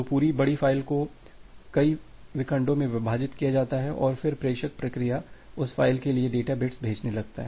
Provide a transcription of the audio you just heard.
तो पूरी बड़ी फ़ाइल को कई विखंडों में विभाजित किया जाता है और फिर प्रेषक प्रक्रिया उस फ़ाइल के लिए डेटा बिट्स भेजने लगता है